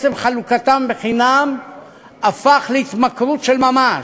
עצם חלוקתן בחינם הפך להתמכרות של ממש.